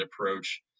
approach